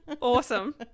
Awesome